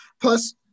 plus